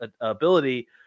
ability